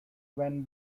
when